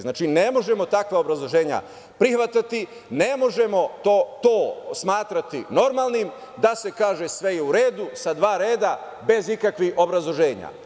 Znači, ne možemo takva obrazloženja prihvatati, ne možemo to smatrati normalnim da se kaže sve je u redu sa dva reda bez ikakvih obrazloženja.